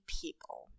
people